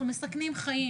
אנחנו מסכנים חיים,